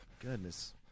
goodness